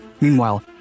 Meanwhile